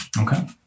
Okay